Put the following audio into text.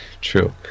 True